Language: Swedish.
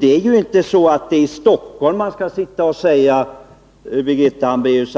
Det är inte i Stockholm, Birgitta Hambraeus, som man skall sitta och säga